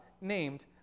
named